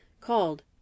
called